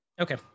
Okay